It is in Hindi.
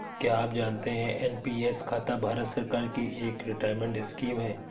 क्या आप जानते है एन.पी.एस खाता भारत सरकार की एक रिटायरमेंट स्कीम है?